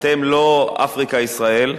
אתם לא "אפריקה ישראל"